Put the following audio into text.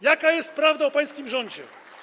Jaka jest prawda o pańskim rządzie?